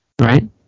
Right